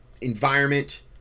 environment